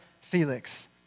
Felix